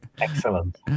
excellent